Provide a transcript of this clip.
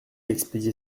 expédié